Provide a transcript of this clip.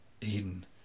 Eden